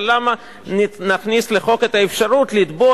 אבל למה נכניס לחוק את האפשרות לתבוע